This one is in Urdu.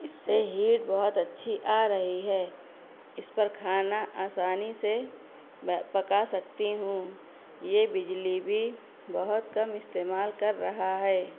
اس سے ہیٹ بہت اچھی آ رہی ہے اس پر کھانا آسانی سے پکا سکتی ہوں یہ بجلی بھی بہت کم استعمال کر رہا ہے